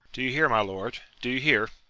do you hear, my lord? do you hear?